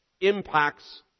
impacts